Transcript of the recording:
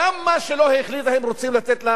גם מה שלא החליטה הם רוצים לתת לו